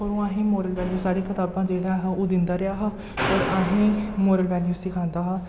ओह् असें गी मोरल बेल्यूस आह्ली कताबां जेह्ड़ियां हा ओह् दिंदा रेहा हा और असें गी मोरल बेल्यूस सखांदा हा